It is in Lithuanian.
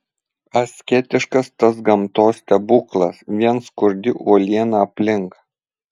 asketiškas tas gamtos stebuklas vien skurdi uoliena aplink